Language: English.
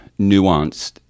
nuanced